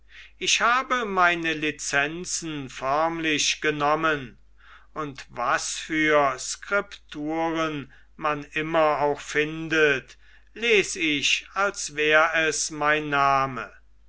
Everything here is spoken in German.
ich habe meine lizenzen förmlich genommen und was für skripturen man immer auch findet les ich als wär es mein name